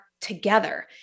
together